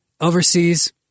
Overseas